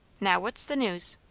now what's the news?